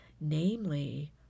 namely